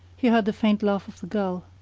he heard the faint laugh of the girl.